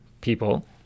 people